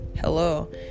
hello